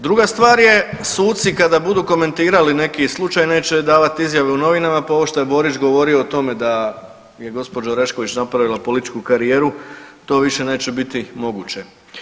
Druga stvar je suci kada budu komentirali neki slučaj neće davati izjave u novinama, pa ovo što je Borić govorio o tome da mi je gospođa Orešković napravila političku karijeru, to više neće biti moguće.